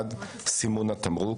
אחד, סימון התמרוק.